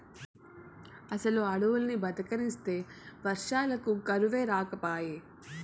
అసలు అడవుల్ని బతకనిస్తే వర్షాలకు కరువే రాకపాయే